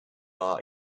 our